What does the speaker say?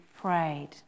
prayed